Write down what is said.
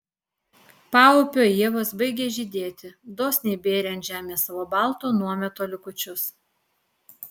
paupio ievos baigė žydėti dosniai bėrė ant žemės savo balto nuometo likučius